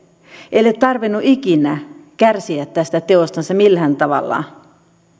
ei ole tarvinnut ikinä kärsiä tästä teostansa millään tavalla